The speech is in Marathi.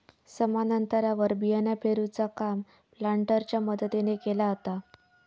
समान अंतरावर बियाणा पेरूचा काम प्लांटरच्या मदतीने केला जाता